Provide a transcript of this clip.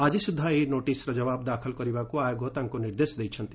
ଆଜି ସୁଦ୍ଧା ଏହି ନୋଟିସର ଜବାବ ଦାଖଲ କରିବାକୁ ଆୟୋଗ ତାଙ୍କୁ ନିର୍ଦ୍ଦେଶ ଦେଇଛନ୍ତି